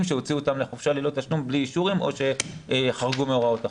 שהוציאו אותן לחופשה ללא תשלום בלי אישורים או שחרגו מהוראות החוק.